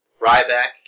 Ryback